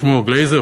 שמו בלייזר,